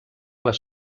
les